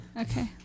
Okay